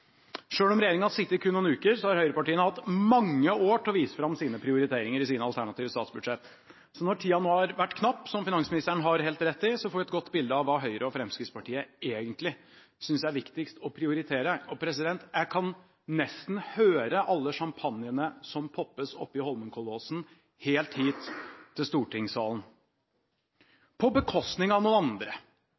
Selv om regjeringen kun har sittet noen uker, har høyrepartiene hatt mange år til å vise fram sine prioriteringer i sine alternative statsbudsjetter. Så når tiden nå har vært knapp – som finansministeren har helt rett i – får vi et godt bilde av hva Høyre og Fremskrittspartiet egentlig synes er viktigst å prioritere, og jeg kan nesten høre helt hit til stortingssalen, alle sjampanjekorkene som sprettes oppe i Holmenkollåsen. Dette skjer på bekostning av noen andre: